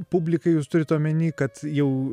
publikai jūs turit omeny kad jau